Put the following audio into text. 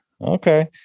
Okay